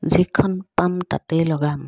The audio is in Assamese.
যিখন পাম তাতেই লগাম